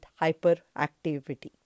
hyperactivity